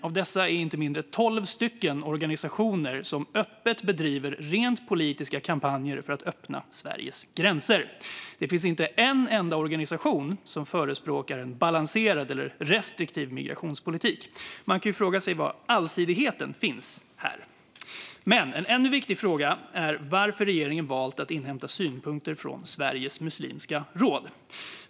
Av dessa är inte mindre än tolv stycken organisationer som öppet bedriver rent politiska kampanjer för att öppna Sveriges gränser. Det finns inte en enda organisation som förespråkar en balanserad eller restriktiv migrationspolitik. Man kan ju fråga sig var allsidigheten finns här. Men en ännu viktigare fråga är varför regeringen valt att inhämta synpunkter från Sveriges muslimska råd.